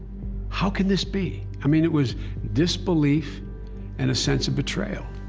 how can this be? i mean, it was disbelief and a sense of betrayal.